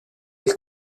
del